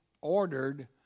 ordered